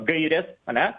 gairės ane